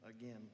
again